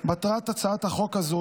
מטרת הצעת החוק הזו,